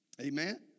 Amen